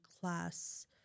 class